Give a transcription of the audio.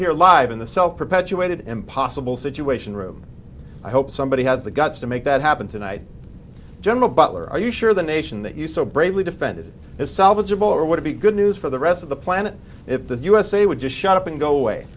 here live in the self perpetuated impossible situation room i hope somebody has the guts to make that happen tonight general butler are you sure the nation that you so bravely defended his salvagable it would be good news for the rest of the planet if the usa would just shut up and go away